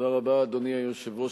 אדוני היושב-ראש,